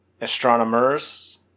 Astronomers